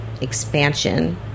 Expansion